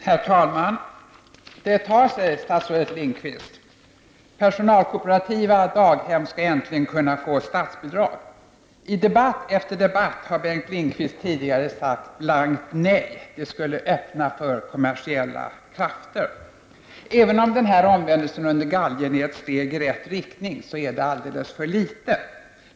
Herr talman! Det tar sig, statsrådet Lindqvist! Personalkooperativa daghem skall äntligen kunna få statsbidrag. I debatt efter debatt har Bengt Lindqvist tidigare sagt blankt nej -- det skulle öppna för kommersiella krafter. Även om den här omvändelsen under galgen är ett steg i rätt riktning, är det alldeles för litet.